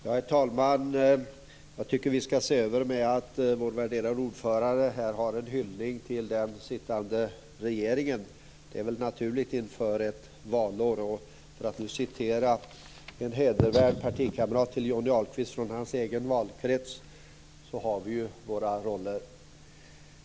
Herr talman! Jag tycker att vi skall ha överseende med att vår värderade ordförande har en hyllning till den sittande regeringen. Det är väl naturligt inför ett valår. För att återge vad en hedervärd partikamrat till Johnny Ahlqvist från hans egen valkrets sade, så har vi ju våra roller.